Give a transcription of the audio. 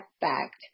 fact